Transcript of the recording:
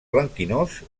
blanquinós